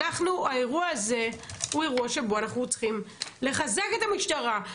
האירוע הזה הוא אירוע שבו אנחנו צריכים לחזק את המשטרה.